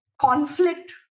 conflict